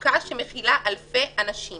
כל סוכה מכילה אלפי אנשים